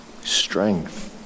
strength